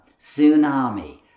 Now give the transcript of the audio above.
tsunami